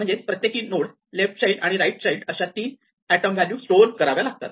म्हणजेच प्रत्येकी node left child आणि राईट चाइल्ड अशा तीन एटम व्हॅल्यू स्टोअर कराव्या लागतात